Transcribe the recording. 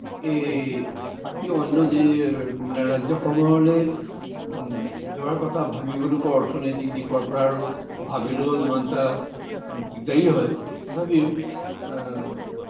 এই বাকী অন্য় যি মানে ৰাজ্য়সমূহলৈ যোৱাৰ কথা ভাবিবলৈকো অৰ্থনৈতিক দিশৰ আৰু পৰা আৰু ভাবিলেও ইমান এটা দিগদাৰীয়ে হয় তথাপিও